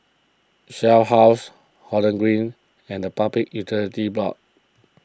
Shell House Holland Green and the Public Utilities Board